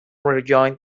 rejoined